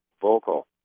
vocal